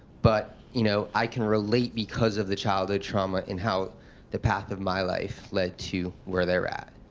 but you know, i can relate because of the childhood trauma and how the path of my life led to where they're at.